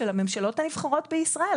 של הממשלות הנבחרות בישראל,